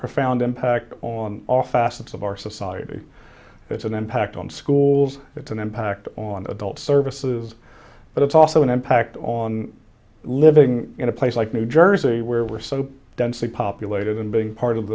profound impact on all facets of our society has an impact on schools it's an impact on adult services but it's also an impact on living in a place like new jersey where we're so densely populated and being part of